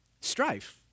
Strife